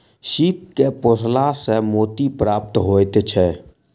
सीप के पोसला सॅ मोती प्राप्त होइत छै